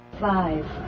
Five